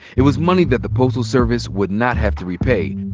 it was money that the postal service would not have to repay.